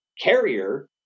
carrier